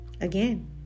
again